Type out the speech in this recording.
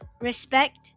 respect